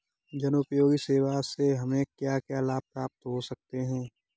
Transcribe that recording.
जनोपयोगी सेवा से हमें क्या क्या लाभ प्राप्त हो सकते हैं?